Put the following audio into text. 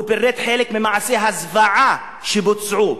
הוא פירט חלק ממעשי הזוועה שבוצעו.